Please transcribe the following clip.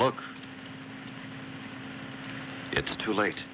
look it's too late